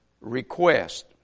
request